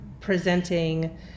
presenting